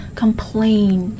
complain